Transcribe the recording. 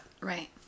Right